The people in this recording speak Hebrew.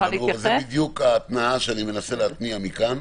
זו בדיוק ההתנעה שאני מנסה להתניע מכאן.